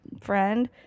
friend